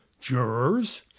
Jurors